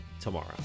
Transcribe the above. tomorrow